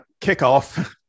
kickoff